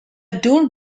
dull